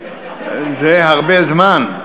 זה הרבה זמן.